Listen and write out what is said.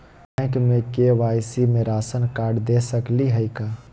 Bank में KYC में ration card दे सकली हई का?